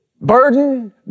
burden